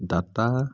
data